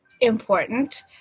important